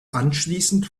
anschließend